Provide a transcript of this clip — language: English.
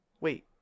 Wait